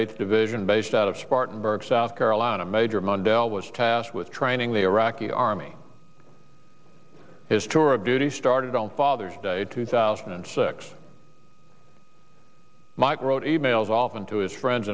eighth division based out of spartanburg south carolina major mondale was tasked with training the iraqi army his tour of duty started on father's day two thousand and six mike wrote e mails often to his friends